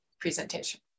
presentation